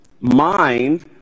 Mind